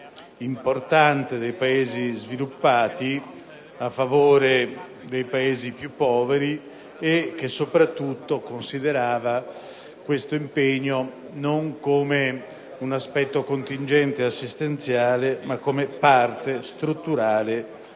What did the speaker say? importante dei Paesi sviluppati a favore dei Paesi più poveri, e che, soprattutto, consideravano quest'impegno non come un aspetto contingente e assistenziale ma come parte strutturale